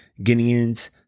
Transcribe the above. Guineans